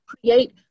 create